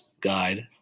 guide